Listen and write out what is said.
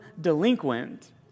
delinquent